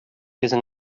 using